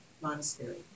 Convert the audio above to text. Monastery